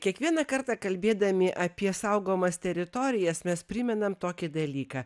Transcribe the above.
kiekvieną kartą kalbėdami apie saugomas teritorijas mes primenam tokį dalyką